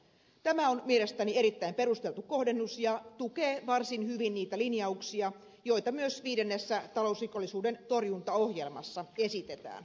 tämä on mielestäni erittäin perusteltu kohdennus ja tukee varsin hyvin niitä linjauksia joita myös viidennessä talousrikollisuuden torjuntaohjelmassa esitetään